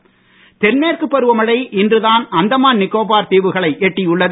பருவமழை தென்மேற்கு பருவமழை இன்றுதான் அந்தமான் நிகோபார் தீவுகளை எட்டியுள்ளது